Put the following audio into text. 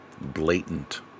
blatant